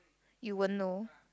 you won't know